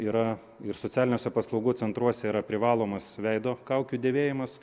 yra ir socialiniuose paslaugų centruose yra privalomas veido kaukių dėvėjimas